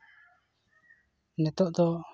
ᱱᱤᱛᱚᱜ ᱫᱚ